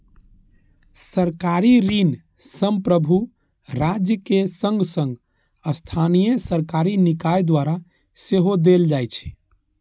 सरकारी ऋण संप्रभु राज्यक संग संग स्थानीय सरकारी निकाय द्वारा सेहो देल जाइ छै